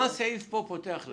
מה הסעיף פה פותח לך?